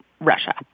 Russia